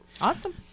Awesome